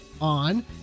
on